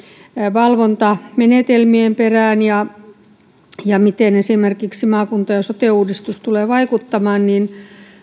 valvontamenetelmien perään ja siitä miten esimerkiksi maakunta ja sote uudistus tulee vaikuttamaan niin